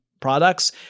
products